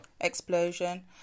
Explosion